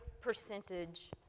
percentage